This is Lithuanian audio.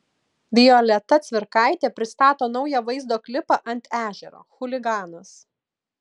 violeta cvirkaitė pristato naują vaizdo klipą ant ežero chuliganas